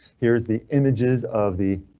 here is the images of the.